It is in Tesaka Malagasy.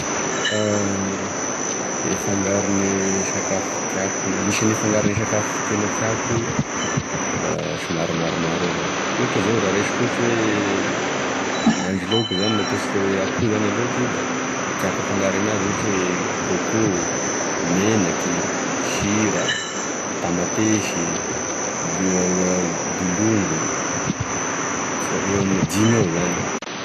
E fangarogne sakafo tiako isagne fangarogne sakafo tena tiàko da somary maromaro avao ohatry zao raha raisiko ohatry hoe ahandro laoky zany n'ataotsika oe akoho zany e laoky da tiàko afangaro anazy zany ohatry oe côcô, menaky, sira, tamatesy, do- dolongo eo amine dimy eo zany.